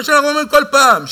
מה שאומרים לנו כל פעם,